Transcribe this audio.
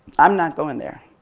i'm not going there.